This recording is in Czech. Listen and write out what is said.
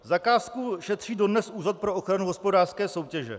Zakázku šetří dodnes Úřad pro ochranu hospodářské soutěže.